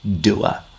doer